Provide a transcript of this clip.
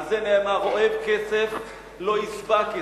על זה נאמר: "אוהב כסף לא ישבע כסף".